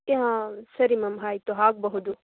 ಹಾಂ ಸರಿ ಮ್ಯಾಮ್ ಆಯ್ತು ಆಗ್ಬಹುದು